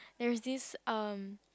there is this um